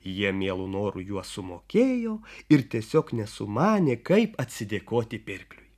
jie mielu noru juos sumokėjo ir tiesiog nesumanė kaip atsidėkoti pirkliui